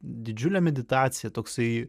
didžiulė meditacija toksai